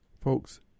folks